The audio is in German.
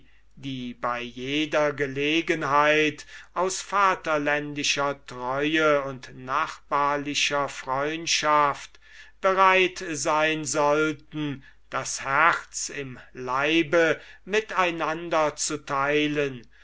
die bei jeder gelegenheit aus vaterländischer treue und nachbarlicher freundschaft bereit sein sollten das herz im leibe mit einander zu teilen